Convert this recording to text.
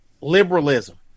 liberalism